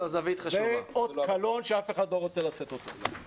זה אות קלון שאף אחד לא ירצה לשאת אותו.